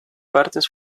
partes